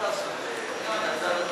ההסתייגות (51) של קבוצת סיעת הרשימה